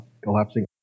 collapsing